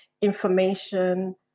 information